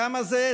כמה זה,